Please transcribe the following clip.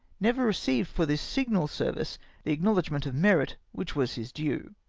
never received for this signal service the acknowledgment of merit which was his due.